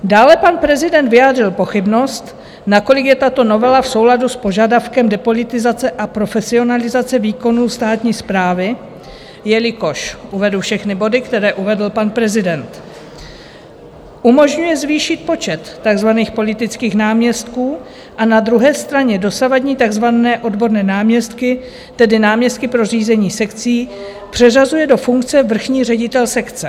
Dále pan prezident vyjádřil pochybnost, nakolik je tato novela v souladu s požadavkem depolitizace a profesionalizace výkonu státní správy, jelikož uvedu všechny body, které uvedl pan prezident umožňuje zvýšit počet takzvaných politických náměstků a na druhé straně dosavadní takzvané odborné náměstky, tedy náměstky pro řízení sekcí, přeřazuje do funkce vrchní ředitel sekce.